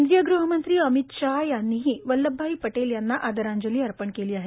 केंद्रीय गृहमंत्री अमित शहा यांनीही वल्लभभाई पटेल यांना आदरांजली अर्पण केली आहे